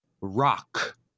rock